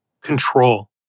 Control